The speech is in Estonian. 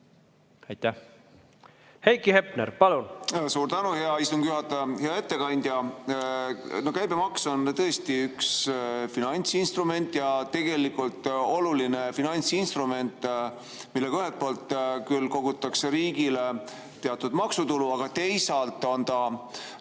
Heiki Hepner, palun! Suur tänu, hea istungi juhataja! Hea ettekandja! Käibemaks on tõesti üks finantsinstrument, ja tegelikult oluline finantsinstrument, millega ühelt poolt küll kogutakse riigile teatud maksutulu, aga teisalt on ta